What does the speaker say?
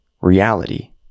reality